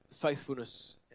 faithfulness